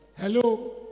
Hello